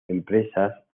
empresas